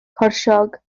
corsiog